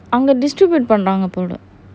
அங்க:anga distribute பண்றாங்க போல:panranga pola